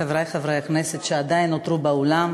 חברי חברי הכנסת שעדיין נותרו באולם,